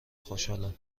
خوشحالم